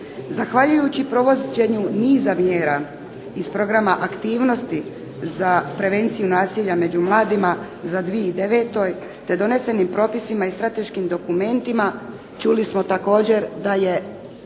Zahvaljujući provođenju niza mjera iz programa aktivnosti za prevenciju nasilja među mladima za 2009. te donesenim propisima strateškim dokumentima čuli smo također da je